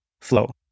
flow